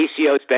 ACOs